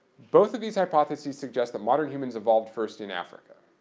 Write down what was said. both of these hypotheses suggest that modern humans evolved first in africa.